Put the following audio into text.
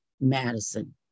Madison